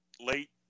late